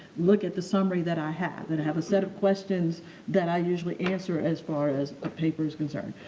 look at the summary that i have and i have a set of questions that i usually answer as far as the ah paper's concerned.